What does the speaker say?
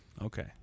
Okay